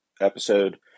episode